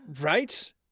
Right